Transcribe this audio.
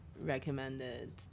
recommended